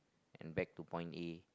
and back to point A